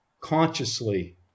consciously